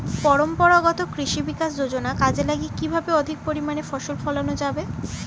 পরম্পরাগত কৃষি বিকাশ যোজনা কাজে লাগিয়ে কিভাবে অধিক পরিমাণে ফসল ফলানো যাবে?